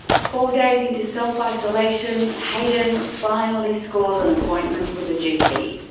four days into self isolation. hayden finally scores an appointment with the gp.